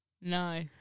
No